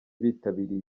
bitabiriye